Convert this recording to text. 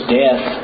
death